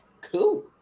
Cool